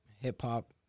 hip-hop